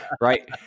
Right